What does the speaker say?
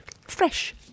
fresh